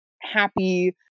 happy